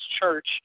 church